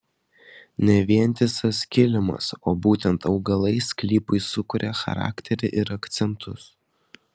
ne vientisas kilimas o būtent augalai sklypui sukuria charakterį ir akcentus